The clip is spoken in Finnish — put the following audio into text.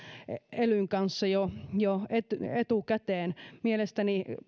elyn kanssa jo jo etukäteen mielestäni